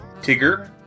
Tigger